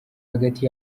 hagati